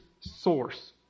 source